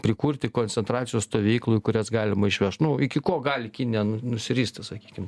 prikurti koncentracijos stovyklų į kurias galima išvežt nu iki ko gali kinija nusiristi sakykim